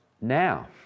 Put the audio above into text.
now